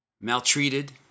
Maltreated